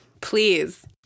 Please